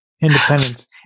independence